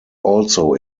also